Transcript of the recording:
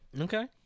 okay